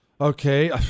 Okay